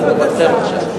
זה לטובתכם עכשיו,